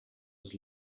was